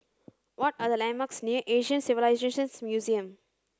what are the landmarks near Asian Civilisations Museum